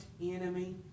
enemy